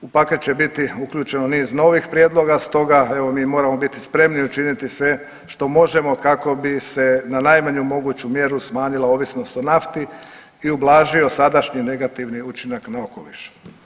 U paket će biti uključeno niz novih prijedloga, stoga evo mi moramo biti spremni učiniti sve što možemo kako bi se na najmanju moguću mjeru smanjila ovisnost o nafti i ublažio sadašnji negativni učinak na okoliš.